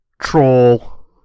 Troll